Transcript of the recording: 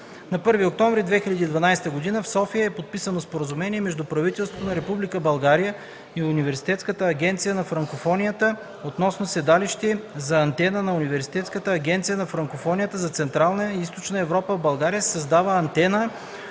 На 1 октомври 2012 г. в София е подписано Споразумение между правителството на Република България и Университетската агенция на Франкофонията относно седалище за Антена на Бюрото на Университетската агенция на Франкофонията за Централна и Източна Европа. В България се създава Антена